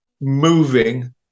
moving